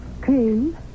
Cream